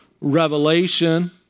revelation